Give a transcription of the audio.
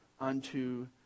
unto